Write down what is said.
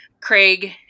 Craig